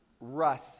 Russ